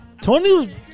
Tony